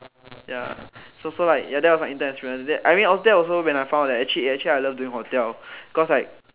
ya so so like that was my intern experience after that also when I found out that actually actually I love doing hotel cause like